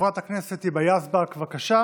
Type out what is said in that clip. חברת הכנסת היבה יזבק, בבקשה.